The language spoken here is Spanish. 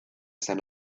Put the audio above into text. san